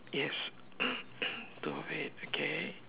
yes okay